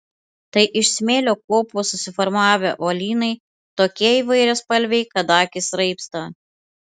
tai iš smėlio kopų susiformavę uolynai tokie įvairiaspalviai kad akys raibsta